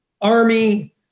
army